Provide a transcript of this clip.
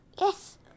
Yes